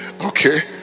okay